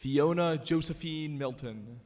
fiona josephine milton